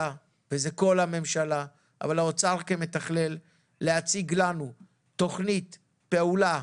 הממשלה ומהאוצר בפרט להציג לנו תוכנית פעולה